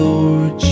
Lord